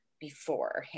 beforehand